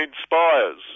inspires